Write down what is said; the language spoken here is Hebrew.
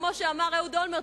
כמו שאמר אהוד אולמרט,